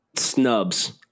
snubs